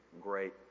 great